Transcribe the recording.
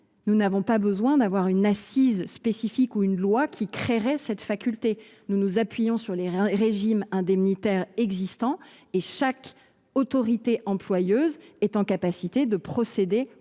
Nous n’avons pas besoin d’une assise spécifique ou d’une loi pour prévoir des primes. Nous nous appuyons sur les régimes indemnitaires existants. Chaque autorité employeuse est en mesure de procéder aux